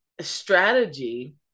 strategy